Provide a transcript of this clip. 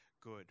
good